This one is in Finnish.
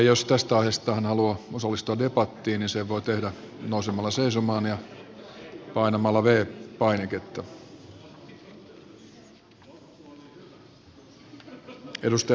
jos tästä aiheesta on halua osallistua debattiin niin sen voi tehdä nousemalla seisomaan ja painamalla v painiketta